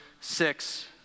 six